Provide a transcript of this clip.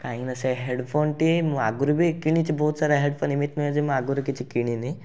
କାହିଁକିନା ସେ ହେଡ଼୍ଫୋନ୍ଟି ମୁଁ ଆଗରୁ ବି କିଣିଛି ବହୁତସାରା ହେଡ଼୍ଫୋନ୍ ଏମିତି ନୁହଁ ଯେ ମୁଁ ଆଗରୁ କିଛି କିଣିନି